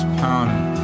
pounding